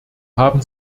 haben